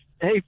hey